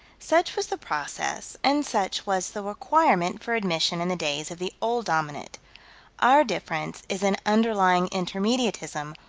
such was the process, and such was the requirement for admission in the days of the old dominant our difference is in underlying intermediatism,